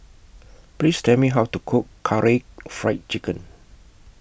Please Tell Me How to Cook Karaage Fried Chicken